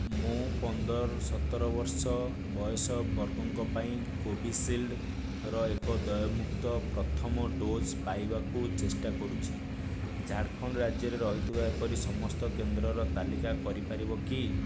ମୁଁ ପନ୍ଦରରୁ ସତର ବର୍ଷ ବୟସ ବର୍ଗଙ୍କ ପାଇଁ କୋଭିଶିଲ୍ଡର ଏକ ଦେୟମୁକ୍ତ ପ୍ରଥମ ଡ଼ୋଜ୍ ପାଇବାକୁ ଚେଷ୍ଟା କରୁଛି ଝାଡ଼ଖଣ୍ଡ ରାଜ୍ୟରେ ରହିଥିବାପରି ସମସ୍ତ କେନ୍ଦ୍ରର ତାଲିକା କରିପାରିବ କି